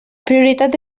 prioritat